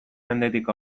mendetik